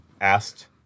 asked